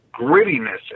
grittiness